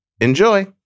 Enjoy